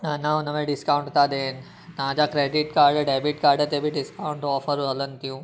अना हुन में डिस्काउंट था ॾियनि तव्हांजा क्रेडिट काड डेबिट काड ते बि डिस्काउंट ऑफर हलनि थियूं